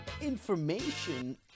information